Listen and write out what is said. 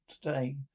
today